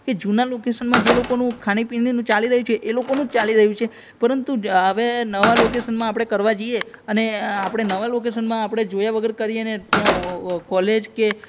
એ જૂના લોકેશનમાં જે લોકોનું ખાણીપીણીનું ચાલી રહ્યું છે એ લોકોનું જ ચાલી રહ્યું છે પરંતુ અવે નવાં લોકેશનમાં આપણે કરવા જઈએ અને આપણે નવાં લોકેશનમાં આપણે જોયા વગર કરીએ ને ત્યાં કોલેજ કે